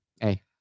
hey